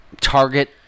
target